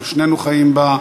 ושנינו חיים בה,